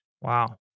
Wow